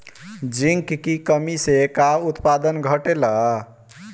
Zinc की कमी से का उत्पादन घटेला?